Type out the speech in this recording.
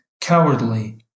cowardly